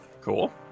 Cool